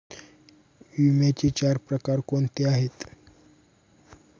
विम्याचे चार प्रकार कोणते आहेत?